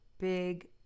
big